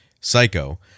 Psycho